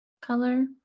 color